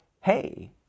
hey